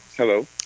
Hello